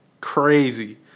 Crazy